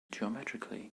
geometrically